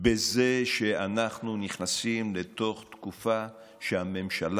בזה שאנחנו נכנסים לתוך תקופה שהממשלה,